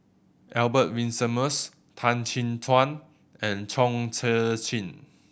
Albert Winsemius Tan Chin Tuan and Chong Tze Chien